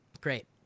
Great